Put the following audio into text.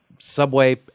Subway